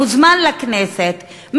מוזמן לכנסת,